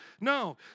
No